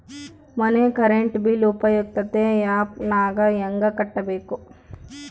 ಮನೆ current bill ಉಪಯುಕ್ತತೆ app ನಾಗ ಹೆಂಗ ಕಟ್ಟಬೇಕು?